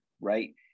Right